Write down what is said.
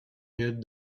hid